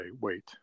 wait